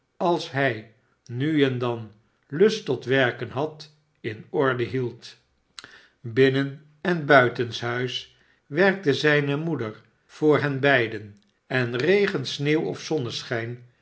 als hij nu en dan lust tot werken had in orde hield binnen en buitenshuis werkte zijne moeder voor hen beiden en regen sneeuw of zonneschijn